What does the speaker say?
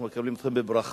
אנחנו מקבלים אתכם בברכה.